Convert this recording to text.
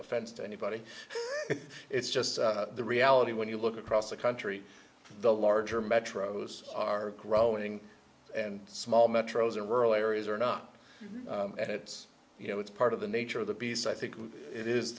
offense to anybody it's just the reality when you look across the country the larger metros are growing and small metros and rural areas are not it's you know it's part of the nature of the beast i think it is